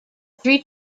three